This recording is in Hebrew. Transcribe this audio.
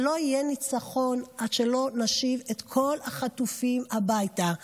אבל לא יהיה ניצחון עד שנשיב את כל החטופים הביתה.